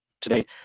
today